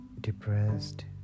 depressed